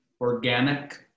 organic